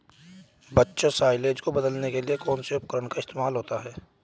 बच्चों साइलेज को बदलने के लिए कौन से उपकरण का इस्तेमाल होता है?